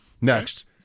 next